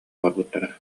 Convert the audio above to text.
барбыттара